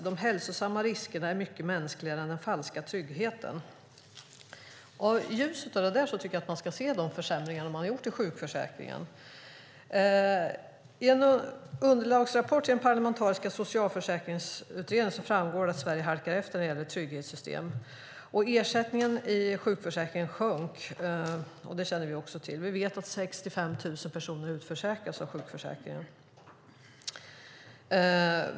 De hälsosamma riskerna är mycket mänskligare än den falska tryggheten." Det är i ljuset av detta jag tycker att man ska se de försämringar man har gjort i sjukförsäkringen. I en underlagsrapport till den parlamentariska Socialförsäkringsutredningen framgår det att Sverige halkar efter när det gäller trygghetssystem. Ersättningen i sjukförsäkringen sjönk; det känner vi också till. Vi vet att 65 000 personer utförsäkras från sjukförsäkringen.